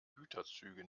güterzüge